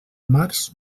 març